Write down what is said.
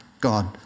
God